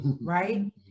Right